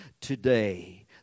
today